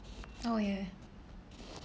oh ya